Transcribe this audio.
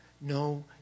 no